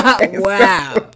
Wow